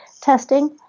testing